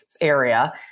area